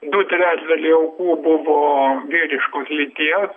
du trečdaliai aukų buvo vyriškos lyties